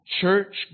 church